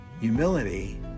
Humility